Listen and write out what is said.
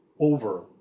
over